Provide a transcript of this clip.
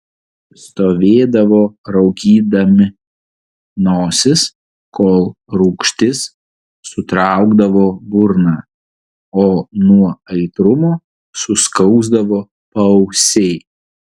stovėdavo raukydami nosis kol rūgštis sutraukdavo burną o nuo aitrumo suskausdavo paausiai